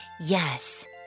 Yes